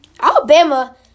Alabama